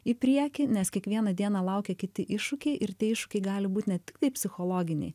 į priekį nes kiekvieną dieną laukia kiti iššūkiai ir tie iššūkiai gali būt ne tikitai psichologiniai